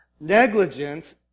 negligence